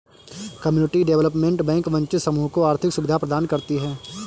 community development bank वंचित समूह को आर्थिक सुविधा प्रदान करती है